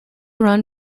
run